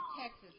Texas